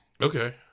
Okay